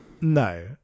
no